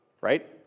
right